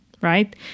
right